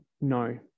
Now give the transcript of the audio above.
no